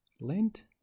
Lent